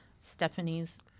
Stephanie's